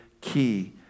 key